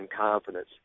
confidence